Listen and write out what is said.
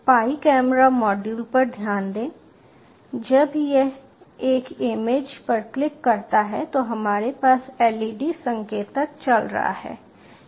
पाई camera module पर ध्यान दें जब यह एक इमेज पर क्लिक करता है तो हमारे पास LED संकेतक चल रहा है